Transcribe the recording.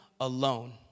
alone